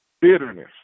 bitterness